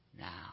now